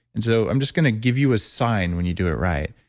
and so i'm just going to give you a sign when you do it right.